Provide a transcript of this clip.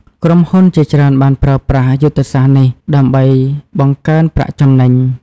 ក្រុមហ៊ុនជាច្រើនបានប្រើប្រាស់យុទ្ធសាស្ត្រនេះដើម្បីបង្កើនប្រាក់ចំណេញ។